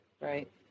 right